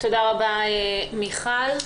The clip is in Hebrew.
תודה רבה, מיכל.